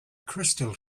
crystal